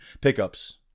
pickups